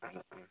ആ ആ